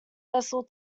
vessel